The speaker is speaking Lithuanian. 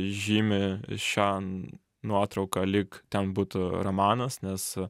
žymi šią nuotrauką lyg ten būtų romanas nes